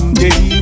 day